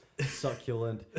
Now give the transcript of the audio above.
succulent